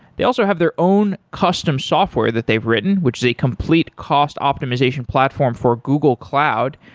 they also have their own custom software that they've written, which is a complete cost optimization platform for google cloud,